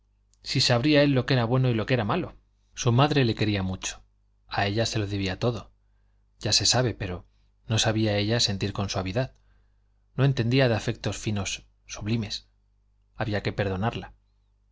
si sabría él lo que era bueno y lo que era malo su madre le quería mucho a ella se lo debía todo ya se sabe pero no sabía ella sentir con suavidad no entendía de afectos finos sublimes había que perdonarla